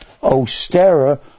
Ostera